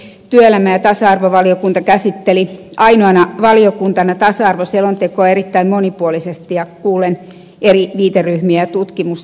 työelämä ja tasa arvovaliokunta käsitteli ainoana valiokuntana tasa arvoselontekoa erittäin monipuolisesti ja kuullen eri viiteryhmiä ja tutkimussisältöjä